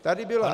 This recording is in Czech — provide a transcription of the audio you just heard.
Tady byla